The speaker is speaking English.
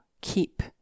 keep